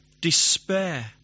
despair